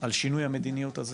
על שינוי המדיניות הזה